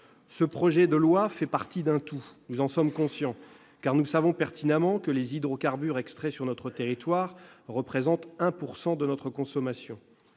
Ce projet de loi fait partie d'un tout, nous en sommes conscients, car nous savons pertinemment que les hydrocarbures extraits sur notre territoire représentent 1 % de notre consommation.